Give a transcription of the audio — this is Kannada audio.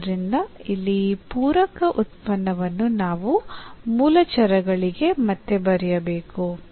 ಆದ್ದರಿಂದ ಇಲ್ಲಿ ಈ ಪೂರಕ ಉತ್ಪನ್ನವನ್ನು ನಾವು ಮೂಲ ಚರಗಳಿಗೆ ಮತ್ತೆ ಬರೆಯಬೇಕು